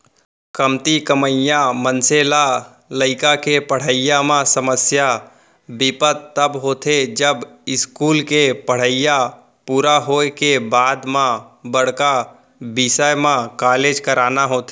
कमती कमइया मनसे ल लइका के पड़हई म समस्या बिपत तब होथे जब इस्कूल के पड़हई पूरा होए के बाद म बड़का बिसय म कॉलेज कराना होथे